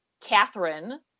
Catherine